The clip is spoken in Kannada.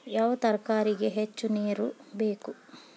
ಯಾವ ತರಕಾರಿಗೆ ಹೆಚ್ಚು ನೇರು ಬೇಕು?